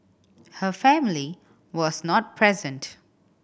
her family was not present